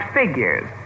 figures